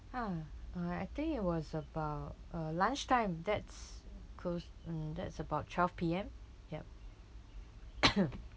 ha uh I think it was about uh lunchtime that's close mm that's about twelve P_M yup